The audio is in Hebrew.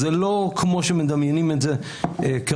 זה לא כמו שמדמיינים כרגע,